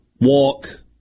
walk